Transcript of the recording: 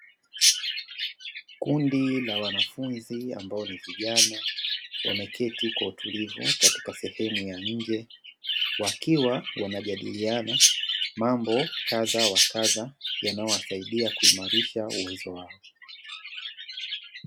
Kundi la wanafunzi ambao ni vijana wameketi kwa utulivu katika sehemu ya nje, wakiwa wanajadiliana mambo kadha wa kadha yanayowasaidia kuimarisha uwezo wao.